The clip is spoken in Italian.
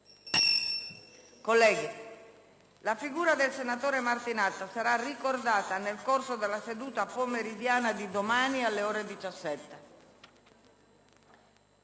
reclami. La figura del senatore Martinat sarà ricordata nel corso della seduta pomeridiana di domani, alle ore 17.